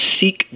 seek